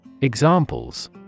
Examples